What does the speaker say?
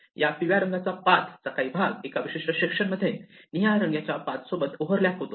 या पिवळ्या रंगाचा पाथ चा काही भाग एका विशिष्ट सेक्शनमध्ये निळ्या रंगाच्या पाथ सोबत ओवरलॅप होतो